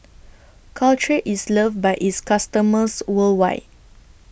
Caltrate IS loved By its customers worldwide